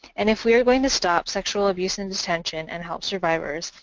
and if we are going to stop sexual abuse in detention and help survivors,